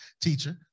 teacher